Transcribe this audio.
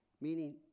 meaning